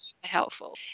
helpful